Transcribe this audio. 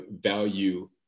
value